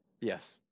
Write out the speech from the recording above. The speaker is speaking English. Yes